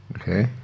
okay